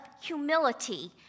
humility